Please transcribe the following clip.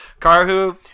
Carhu